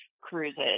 cruises